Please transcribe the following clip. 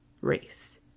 race